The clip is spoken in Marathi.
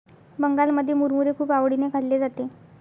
बंगालमध्ये मुरमुरे खूप आवडीने खाल्ले जाते